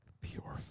Pure